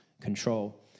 control